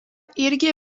irgi